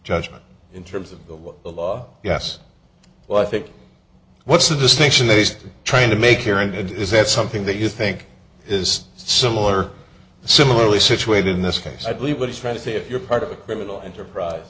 judgment in terms of what the law yes well i think what's the distinction that he's trying to make here and is that something that you think is similar similarly situated in this case i believe what he's trying to say if you're part of a criminal enterprise